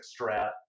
Strat